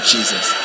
Jesus